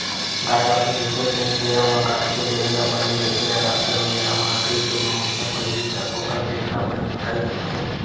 गाय गाभिन रहिथे तेन बेरा म गाय के देहे ल बने देखे ल लागथे ओ बेरा म आखिरी के दू महिना पहिली तक ओखर पेट ह बने बाड़हे दिखथे